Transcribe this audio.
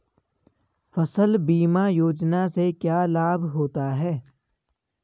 फसल बीमा योजना से क्या लाभ होता है?